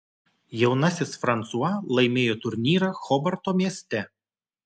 jaunasis fransua laimėjo turnyrą hobarto mieste